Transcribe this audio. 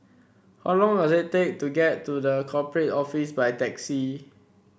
how long does it take to get to The Corporate Office by taxi